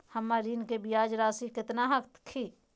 हमर ऋण के ब्याज रासी केतना हखिन?